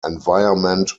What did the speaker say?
environment